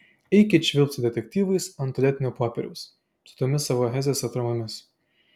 eikit švilpt su detektyvais ant tualetinio popieriaus su tomis savo hesės atramomis